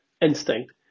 instinct